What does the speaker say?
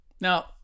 Now